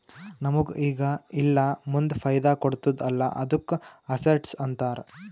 ನಮುಗ್ ಈಗ ಇಲ್ಲಾ ಮುಂದ್ ಫೈದಾ ಕೊಡ್ತುದ್ ಅಲ್ಲಾ ಅದ್ದುಕ ಅಸೆಟ್ಸ್ ಅಂತಾರ್